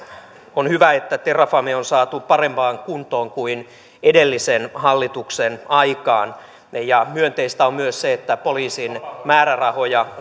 on hyvä että terrafame on saatu parempaan kuntoon kuin edellisen hallituksen aikana ja myönteistä on myös se että poliisin määrärahoja